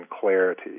clarity